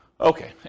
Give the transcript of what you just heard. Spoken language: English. Okay